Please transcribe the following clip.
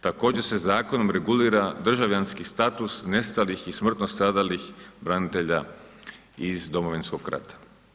Također se zakonom regulira državljanski status nestalih i smrtno stradalih branitelja iz Domovinskog rata.